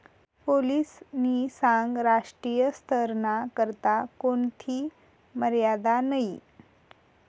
पोलीसनी सांगं राष्ट्रीय स्तरना करता कोणथी मर्यादा नयी